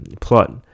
plot